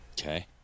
Okay